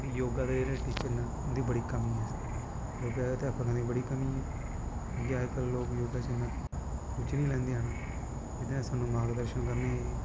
योगादे teacher न उंदी बड़ी कमी ऐ इसलै योगा दे अध्यापकें दी बड़ी कमी ऐ क्योंकि लोग अज कल योगा च इन्ना रुची नी लैंदे हैन एह्दै नै साह्नू मार्ग दर्शन करनें गी